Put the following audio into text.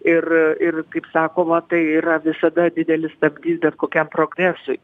ir ir kaip sakoma tai yra visada didelis stabdys bet kokiam progresui